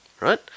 Right